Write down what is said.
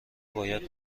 باید